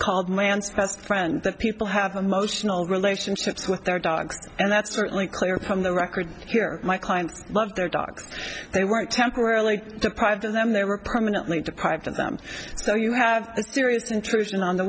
called man's best friend that people have emotional relationships with their dogs and that's certainly clear from the record here my clients love their dogs they weren't temporarily deprived of them they were permanently deprived of them so you have a serious intrusion on the